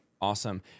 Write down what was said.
Awesome